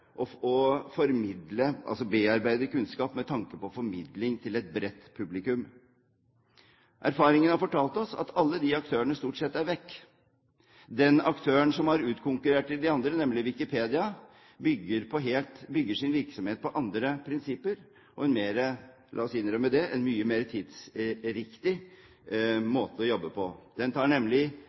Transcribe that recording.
bearbeide kunnskap med tanke på formidling til et bredt publikum. Erfaringen har fortalt oss at alle de aktørene stort sett er borte. Den aktøren som har utkonkurrert de andre, nemlig Wikipedia, bygger sin virksomhet på andre prinsipper og på en mye mer – la oss innrømme det – tidsriktig måte å jobbe på. Det tar nemlig